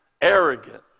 arrogant